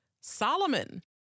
Solomon